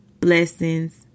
blessings